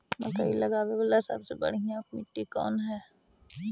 मकई लगावेला सबसे बढ़िया मिट्टी कौन हैइ?